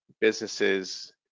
businesses